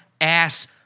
ass